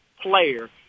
player